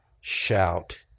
shout